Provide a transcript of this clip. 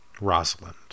Rosalind